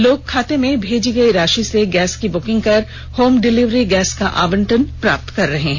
लोग खाते में भेजी गई राशि से गैस की बुकिंग कर होम डिलीवरी गैस का आवंटन प्राप्त कर रहे हैं